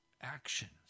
actions